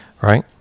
right